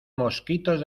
mosquitos